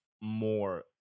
more